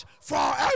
forever